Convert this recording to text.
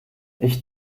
ich